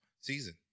season